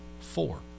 four